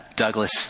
Douglas